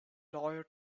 lawyer